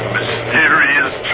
Mysterious